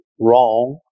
wrong